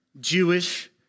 Jewish